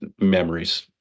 memories